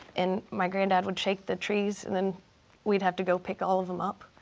and my granddad would shake the trees. and then we'd have to go pick all of them up.